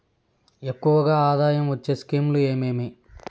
ఎక్కువగా ఆదాయం వచ్చే స్కీమ్ లు ఏమేమీ?